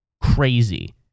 crazy